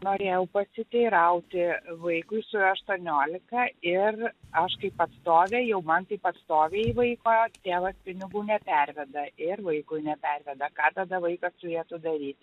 norėjau pasiteirauti vaikui suėjo aštuoniolika ir aš kaip atstovė jau man kaip astovei vaiko tėvas pinigų neperveda ir vaikui neperveda ką tada vaikas turėtų daryt